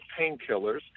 Painkillers